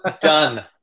done